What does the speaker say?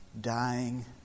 dying